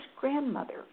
grandmother